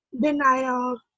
denial